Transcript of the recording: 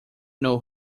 know